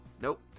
nope